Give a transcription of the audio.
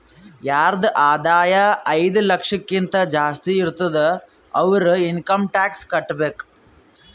ಯಾರದ್ ಆದಾಯ ಐಯ್ದ ಲಕ್ಷಕಿಂತಾ ಜಾಸ್ತಿ ಇರ್ತುದ್ ಅವ್ರು ಇನ್ಕಮ್ ಟ್ಯಾಕ್ಸ್ ಕಟ್ಟಬೇಕ್